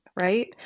right